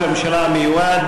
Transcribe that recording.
ראש הממשלה המיועד.